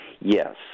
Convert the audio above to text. Yes